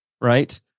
right